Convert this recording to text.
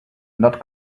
not